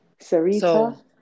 Sarita